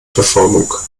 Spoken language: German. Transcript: verformung